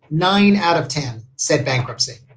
nine out of ten said bankruptcy.